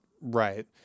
right